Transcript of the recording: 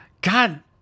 God